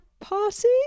party